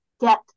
get